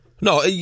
No